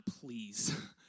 please